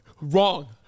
Wrong